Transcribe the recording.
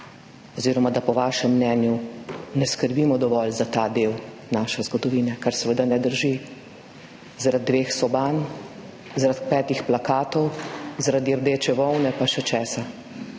vedeti, da po vašem mnenju ne skrbimo dovolj za ta del naše zgodovine, kar seveda ne drži. Zaradi dveh soban, zaradi petih plakatov, zaradi rdeče volne pa še česa.